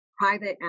private